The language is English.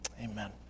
amen